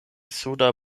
suda